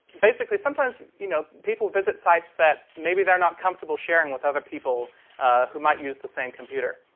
basically sometimes you know people visit sites that maybe they're not comfortable sharing with other people who might use the same computer.